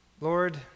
Lord